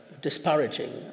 disparaging